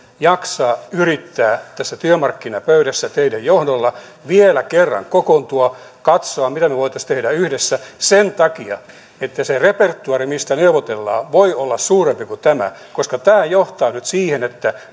jaksaa yrittää tässä työmarkkinapöydässä teidän johdollanne vielä kerran kokoontua katsoa mitä me voisimme tehdä yhdessä sen takia että se repertuaari mistä neuvotellaan voi olla suurempi kuin tämä koska tämä johtaa nyt siihen että